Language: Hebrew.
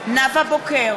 בוקר,